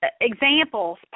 examples